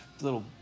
little